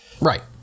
Right